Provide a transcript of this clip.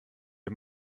wir